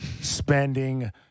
spending